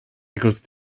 because